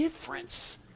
difference